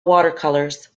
watercolors